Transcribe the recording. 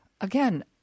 Again